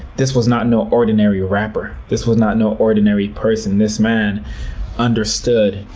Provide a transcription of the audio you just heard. this was not no ordinary rapper. this was not no ordinary person. this man understood